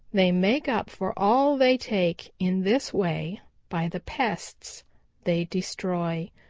they make up for all they take in this way by the pests they destroy.